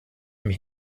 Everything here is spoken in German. mich